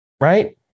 Right